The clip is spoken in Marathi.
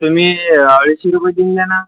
तुम्ही ऐंशी रुपये देऊन द्या ना